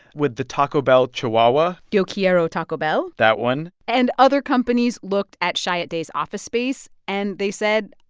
with the taco bell chihuahua. yo quiero taco bell? that one and other companies looked at chiat day's office space and they said,